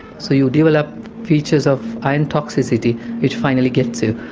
so you develop features of iron toxicity which finally gets you.